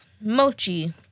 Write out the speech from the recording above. Mochi